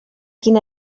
quin